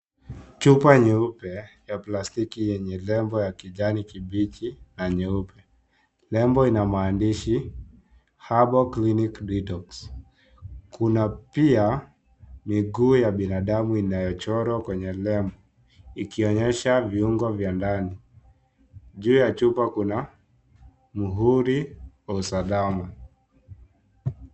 Chupa nyeupe, ya plastiki, yenye nembo ya kijani kibichi na nyeupe. Nembo ina maandishi, herbal clinic detox .Kuna pia miguu ya binadamu inayochorwa kwenye nembo, ikionyesha viungo vya ndani. Juu ya chupa, kuna muhuri wa usalama.